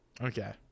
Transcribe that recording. Okay